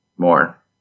More